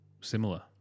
similar